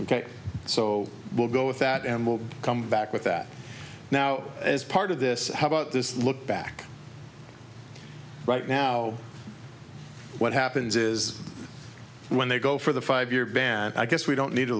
ok so we'll go with that and we'll come back with that now as part of this how about this look back right now what happens is when they go for the five year ban i guess we don't need to